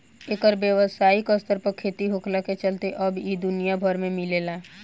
एकर व्यावसायिक स्तर पर खेती होखला के चलते अब इ दुनिया भर में मिलेला